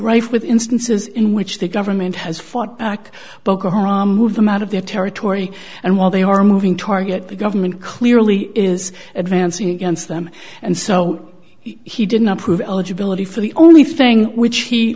with instances in which the government has fought back but move them out of their territory and while they are moving target the government clearly is advancing against them and so he didn't approve eligibility for the only thing which he